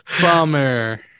Bummer